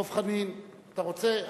אתה רוצה?